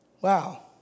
Wow